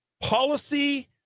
policy